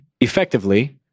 effectively